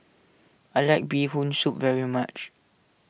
I like Bee Hoon Soup very much